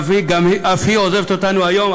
שאף היא עוזבת אותנו היום,